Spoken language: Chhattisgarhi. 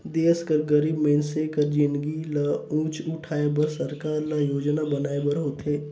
देस कर गरीब मइनसे कर जिनगी ल ऊंच उठाए बर सरकार ल योजना बनाए बर होथे